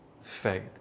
faith